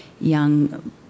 young